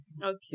Okay